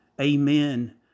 Amen